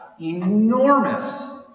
enormous